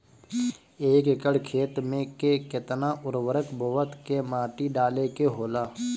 एक एकड़ खेत में के केतना उर्वरक बोअत के माटी डाले के होला?